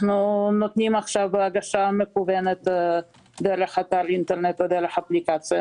אנחנו נותנים הגשה מקוונת דרך אתר אינטרנט ואפליקציה,